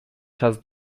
czas